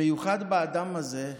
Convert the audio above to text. המיוחד באדם הזה,